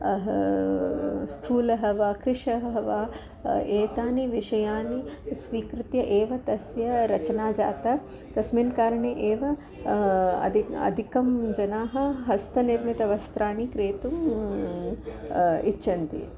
अः स्थूलः वा कृषः वा एतानि विषयानि स्वीकृत्य एव तस्य रचना जाता तस्मिन् कारणे एव अधिकाः अधिकाः जनाः हस्तनिर्मितवस्त्राणि क्रेतुम् इच्छन्ति